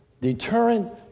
deterrent